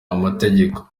amategeko